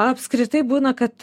apskritai būna kad